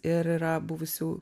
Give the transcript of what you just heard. ir yra buvusių